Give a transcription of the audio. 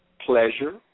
pleasure